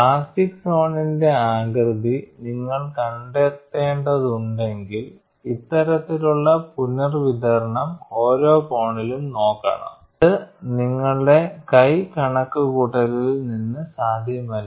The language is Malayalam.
പ്ലാസ്റ്റിക് സോണിന്റെ ആകൃതി നിങ്ങൾ കണ്ടെത്തേണ്ടതുണ്ടെങ്കിൽ ഇത്തരത്തിലുള്ള പുനർവിതരണം ഓരോ കോണിലും നോക്കണം അത് നിങ്ങളുടെ കൈ കണക്കുകൂട്ടലിൽ നിന്ന് സാധ്യമല്ല